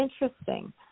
interesting